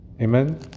Amen